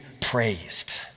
praised